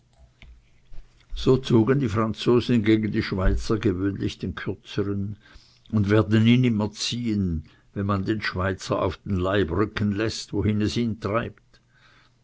so zogen die franzosen gegen die schweizer gewöhnlich den kürzern und werden ihn immer ziehen wenn man den schweizer auf den leib rücken läßt wohin es ihn treibt